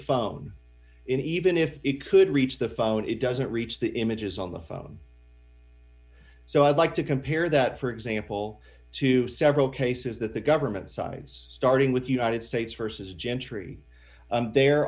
phone in even if it could reach the phone it doesn't reach the images on the phone so i'd like to compare that for example to several cases that the government size starting with united states versus gentry their